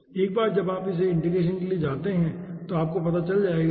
एक बार जब आप इस इंटीग्रेशन के लिए जाते हैं तो आपको पता चल जाएगा कि